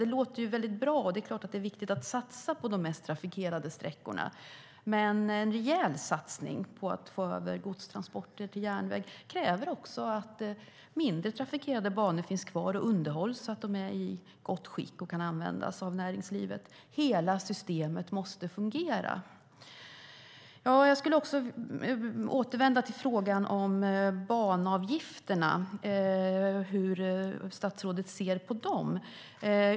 Det låter väldigt bra att satsa på de mest trafikerade sträckorna, och det är klart att det är viktigt. Men en rejäl satsning på att få över godstransporter till järnväg kräver också att mindre trafikerade banor finns kvar och underhålls så att de är i gott skick och kan användas av näringslivet. Hela systemet måste fungera. Jag skulle också vilja återvända till frågan om banavgifterna och hur statsrådet ser på dem.